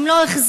הם לא החזירו,